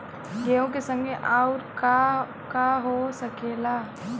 गेहूँ के संगे आऊर का का हो सकेला?